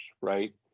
right